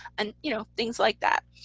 and you know, things like that.